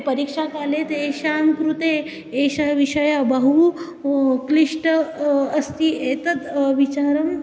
परीक्षाकाले तेषां कृते एषः विषयः बहु क्लिष्टः अस्ति एतत् विचारः